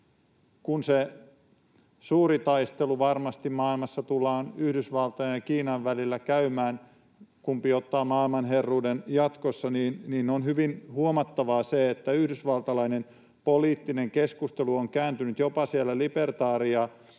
kun se suuri taistelu varmasti maailmassa tullaan Yhdysvaltojen ja Kiinan välillä käymään siitä, kumpi ottaa maailmanherruuden jatkossa, niin on hyvin huomattavaa se, että yhdysvaltalainen poliittinen keskustelu on kääntynyt jopa siellä libertaari-,